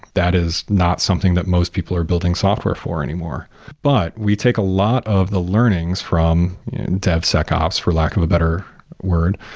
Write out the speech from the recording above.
that is not something that most people are building software for anymore but we take a lot of the learnings from devsecops, for lack of a better word,